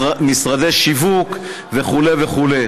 משרדי שיווק וכו' וכו'.